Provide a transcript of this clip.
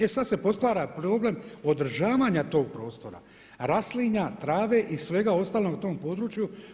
E sad se postavlja problem održavanja tog prostora, raslinja, trave i svega ostalog na tom području.